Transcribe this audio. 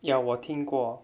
要我听过